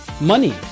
money